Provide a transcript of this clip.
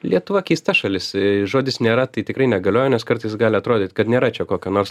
lietuva keista šalis žodis nėra tai tikrai negalioja nes kartais gali atrodyt kad nėra čia kokia nors